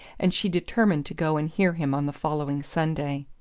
and she determined to go and hear him on the following sunday.